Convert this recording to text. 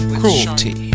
cruelty